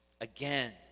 Again